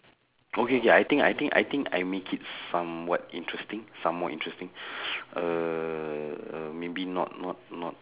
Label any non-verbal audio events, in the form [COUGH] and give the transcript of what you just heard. okay okay I think I think I think I make it somewhat interesting somewhat interesting [BREATH] err maybe not not not